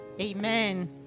amen